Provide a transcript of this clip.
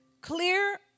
clear